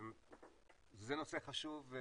זה נושא חשוב.